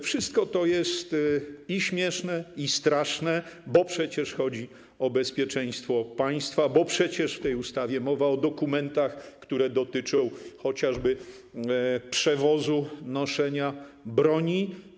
Wszystko to jest i śmieszne, i straszne, bo przecież chodzi o bezpieczeństwo państwa, bo przecież w tej ustawie mowa jest o dokumentach, które dotyczą chociażby przewozu i noszenia broni.